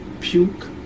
Puke